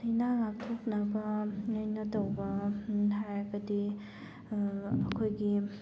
ꯂꯥꯏꯅꯥ ꯉꯥꯛꯊꯣꯛꯅꯕ ꯑꯩꯅ ꯇꯧꯕ ꯍꯥꯏꯔꯒꯗꯤ ꯑꯩꯈꯣꯏꯒꯤ